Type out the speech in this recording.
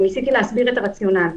ניסיתי להסביר את הרציונל.